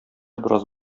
бераз